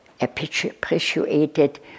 appreciated